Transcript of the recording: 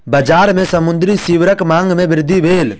बजार में समुद्री सीवरक मांग में वृद्धि भेल